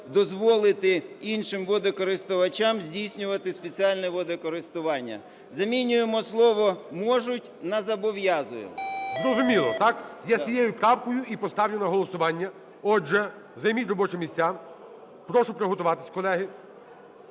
дозволити іншим водокористувачам здійснювати спеціальне водокористування". Замінуємо слово "можуть" на "зобов'язує". ГОЛОВУЮЧИЙ. Зрозуміло, так? Я з цією правкою і поставлю на голосування. Отже, займіть робочі місця. Прошу приготуватись, колеги.